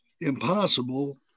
impossible